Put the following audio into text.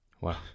Wow